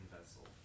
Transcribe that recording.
vessel